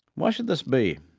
why should this be?